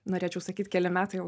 norėčiau sakyt keli metai jau